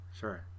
sure